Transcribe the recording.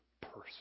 person